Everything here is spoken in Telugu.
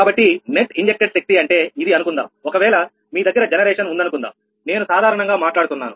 కావున నెట్ ఇంజెక్ట్ డ్ శక్తి అంటే ఇది అనుకుందాం ఒకవేళ మీ దగ్గర జనరేషన్ ఉందనుకుందాం నేను సాధారణంగా మాట్లాడుతున్నాను